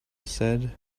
said